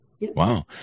Wow